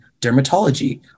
dermatology